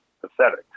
pathetic